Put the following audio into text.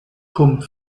pump